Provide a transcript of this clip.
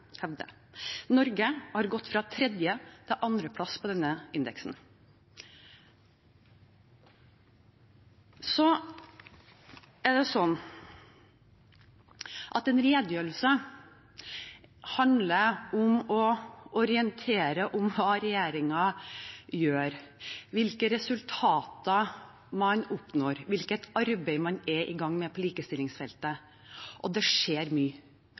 Norge har gått fra tredje- til andreplass på denne indeksen. En redegjørelse handler om å orientere om hva regjeringen gjør – hvilke resultater man oppnår, og hvilket arbeid man er i gang med på likestillingsfeltet. Det skjer mye,